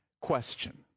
question